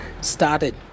started